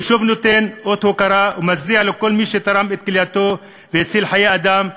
אני שוב נותן אות הוקרה ומצדיע לכל מי שתרם את כלייתו והציל חיי אדם,